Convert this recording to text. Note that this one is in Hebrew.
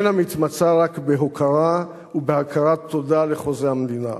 מתמצה רק בהוקרה ובהכרת תודה לחוזה המדינה,